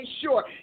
sure